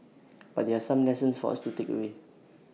but there are some lessons for us to takeaway